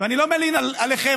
אני לא מלין עליכם,